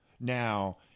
Now